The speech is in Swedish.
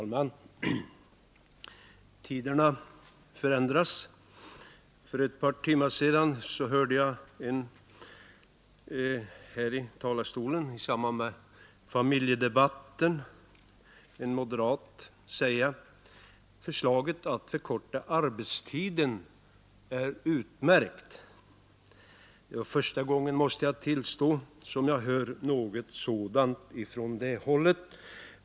Fru talman! Tiderna förändras. För ett par timmar sedan hörde jag i samband med familjedebatten en moderat säga här i talarstolen, att förslaget att förkorta arbetstiden är utmärkt. Det var första gången, måste jag tillstå, som jag hört något sådant ifrån det hållet.